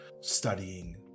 studying